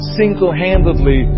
single-handedly